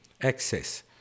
access